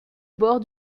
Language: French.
bord